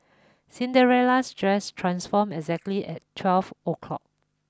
Cinderella's dress transformed exactly at twelve O clock